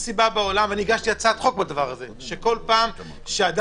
אני הגשתי הצעת חוק בדבר הזה בכל פעם כשאדם